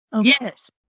Yes